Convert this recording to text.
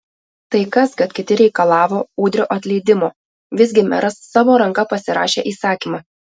tai kas kad kiti reikalavo udrio atleidimo visgi meras savo ranka pasirašė įsakymą